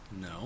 no